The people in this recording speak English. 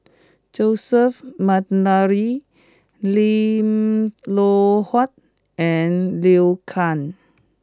Joseph McNally Lim Loh Huat and Liu Kang